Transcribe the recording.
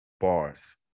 Bars